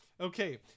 Okay